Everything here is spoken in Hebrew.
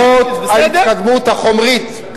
למרות ההתקדמות החומרית,